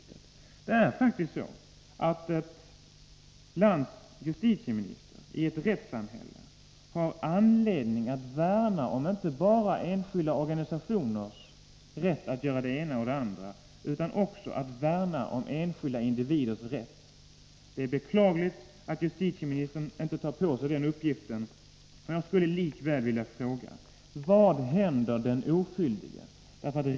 Det är faktiskt så att ett lands justitieminister i ett rättssamhälle har anledning att värna om inte bara enskilda organisationers rätt att göra det ena och det andra utan också om enskilda individers rätt. Det är beklagligt att justitieministern inte tar på sig den uppgiften. Jag skulle likväl vilja fråga: Vad händer den oskyldige?